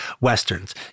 westerns